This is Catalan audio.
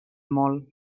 molt